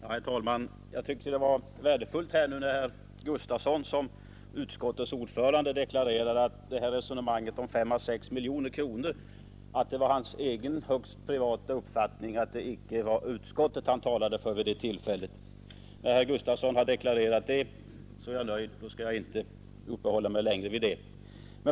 Herr talman! Jag tyckte det var värdefullt att herr Gustafson i Göteborg som utskottsordförande deklarerade att resonemanget om de fem eller sex miljonerna var ett uttryck för hans högst privata uppfattning och att han inte talade för utskottet vid det tillfället. Sedan herr Gustafson deklarerat det är jag nöjd och skall inte längre uppehålla mig vid den saken.